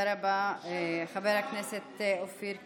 תודה רבה, חבר הכנסת אופיר כץ.